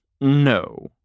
No